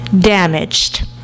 damaged